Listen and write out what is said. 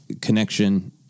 connection